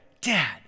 dad